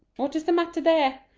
what's the matter there?